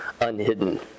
unhidden